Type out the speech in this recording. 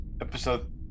Episode